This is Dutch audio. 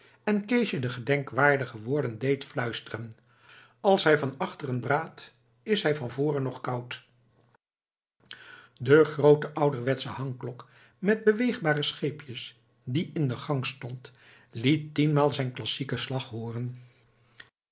en keesje de gedenkwaardige woorden deed fluisteren als hij van achteren braadt is hij van voren nog koud de groote ouderwetsche hangklok met beweegbare scheepjes die in de gang stond liet tienmaal zijn klassieken slag hooren